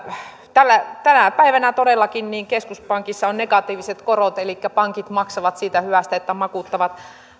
tänä päivänä todellakin keskuspankissa on negatiiviset korot elikkä pankit maksavat siitä hyvästä että makuuttavat